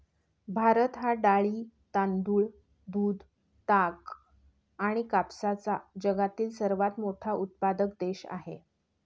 भारत हा डाळी, तांदूळ, दूध, ताग आणि कापसाचा जगातील सर्वात मोठा उत्पादक देश आहे